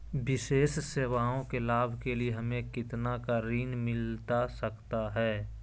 विशेष सेवाओं के लाभ के लिए हमें कितना का ऋण मिलता सकता है?